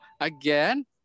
again